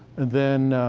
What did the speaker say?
then,